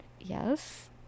Yes